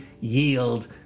yield